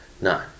no